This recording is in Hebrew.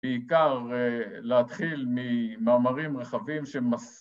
‫בעיקר להתחיל ממאמרים רחבים